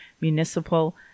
municipal